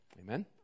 amen